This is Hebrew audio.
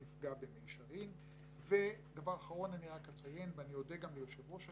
אני אציין, ואני אודה גם ליושב ראש הכנסת,